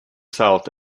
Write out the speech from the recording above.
south